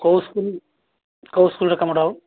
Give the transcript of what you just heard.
କେଉଁ ସ୍କୁଲ୍ କେଉଁ ସ୍କୁଲରେ କାମଟା ହେବ